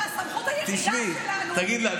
תגיד לה,